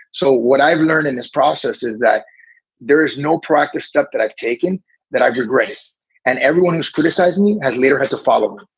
so what i've learned in this process is that there is no proactive steps that i've taken that i could raise and everyone is criticizing me as leader has to follow.